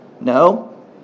No